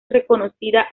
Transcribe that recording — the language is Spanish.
reconocida